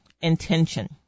intention